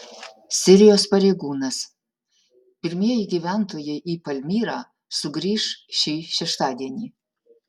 sirijos pareigūnas pirmieji gyventojai į palmyrą sugrįš šį šeštadienį